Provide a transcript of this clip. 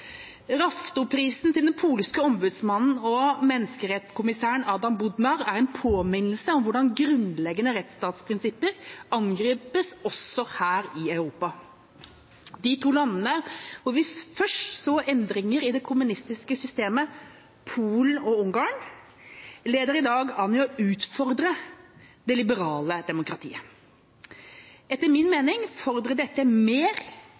til den polske ombudsmannen og menneskerettskommissæren Adam Bodnar er en påminnelse om hvordan grunnleggende rettsstatsprinsipper angripes også her i Europa. De to landene hvor vi først så endringer i det kommunistiske systemet, Polen og Ungarn, leder i dag an i å utfordre det liberale demokratiet. Etter min mening fordrer dette mer,